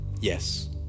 yes